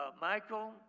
Michael